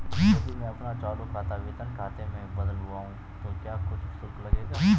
यदि मैं अपना चालू खाता वेतन खाते में बदलवाऊँ तो क्या कुछ शुल्क लगेगा?